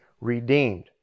redeemed